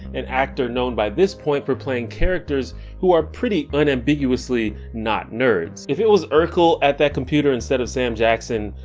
an actor known by this point for playing characters who are pretty unambiguously not nerds. if it was urkel at that computer instead of sam jackson,